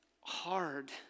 hard